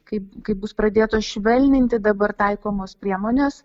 kai kai bus pradėtos švelninti dabar taikomos priemonės